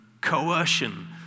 coercion